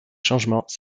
changements